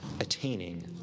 attaining